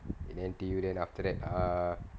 in N_T_U then after that err